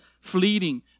fleeting